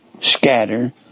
scatter